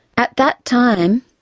at that time,